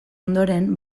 ondoren